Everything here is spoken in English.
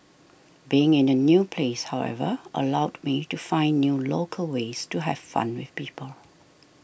being in a new place however allowed me to find new local ways to have fun with people